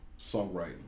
songwriting